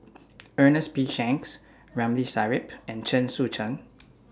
Ernest P Shanks Ramli Sarip and Chen Sucheng